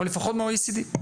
או לפחות מה-OECD.